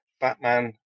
Batman